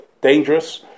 Dangerous